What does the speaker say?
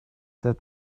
that